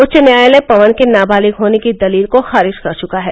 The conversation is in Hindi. उच्च न्यायालय पवन के नाबालिग होने की दलील को खारिज कर चुका है